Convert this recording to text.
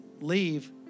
leave